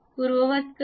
पूर्ववत करूया